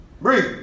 Breathe